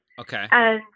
Okay